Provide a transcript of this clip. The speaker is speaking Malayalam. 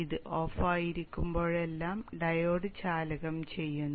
ഇത് ഓഫായിരിക്കുമ്പോഴെല്ലാം ഡയോഡ് ചാലകം ചെയ്യുന്നു